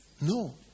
No